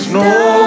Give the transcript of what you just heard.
no